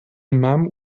imam